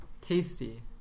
Tasty